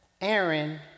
Aaron